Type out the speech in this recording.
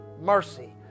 mercy